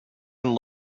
and